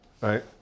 Right